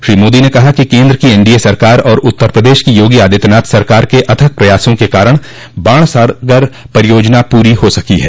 श्री मोदी ने कहा कि केन्द्र की एनडीए सरकार और उत्तर प्रदेश की योगी आदित्यनाथ सरकार के अथक प्रयासों के कारण बाणसागर परियाजना पूरी हो सकी है